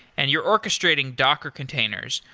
and you're orchestration docker containers.